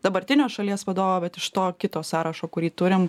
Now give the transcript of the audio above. dabartinio šalies vadovo bet iš to kito sąrašo kurį turim